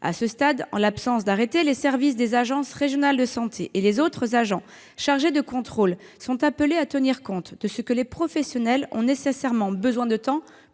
À ce stade, en l'absence d'arrêté, les services des agences régionales de santé et les autres agents chargés des contrôles sont appelés à tenir compte de ce que les professionnels ont nécessairement besoin de temps pour s'adapter